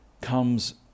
comes